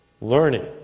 Learning